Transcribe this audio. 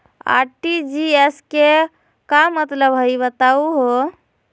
RTGS के का मतलब हई, बताहु हो?